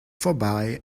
vorbei